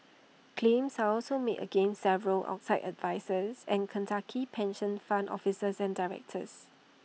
claims are also made against several outside advisers and Kentucky pension fund officers and directors